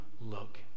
look